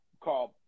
called